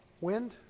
Wind